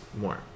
more